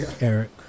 Eric